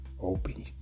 open